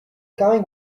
coming